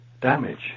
damage